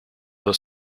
for